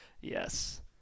Yes